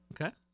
Okay